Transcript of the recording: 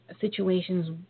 situations